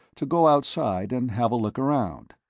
to go outside and have a look around.